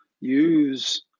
use